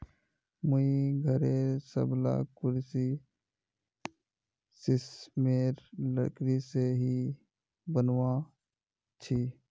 मुई घरेर सबला कुर्सी सिशमेर लकड़ी से ही बनवाल छि